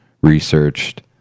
researched